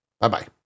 Bye-bye